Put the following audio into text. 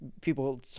people